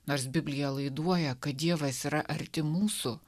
nors biblija laiduoja kad dievas yra arti mūsų